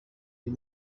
uyu